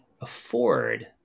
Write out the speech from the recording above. afford